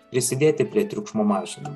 prisidėti prie triukšmo mažinimo